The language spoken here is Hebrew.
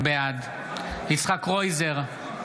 בעד יצחק קרויזר,